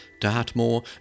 Dartmoor